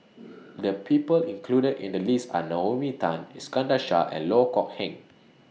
The People included in The list Are Naomi Tan Iskandar Shah and Loh Kok Heng